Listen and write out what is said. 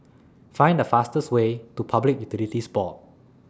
Find The fastest Way to Public Utilities Board